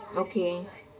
okay